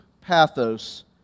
pathos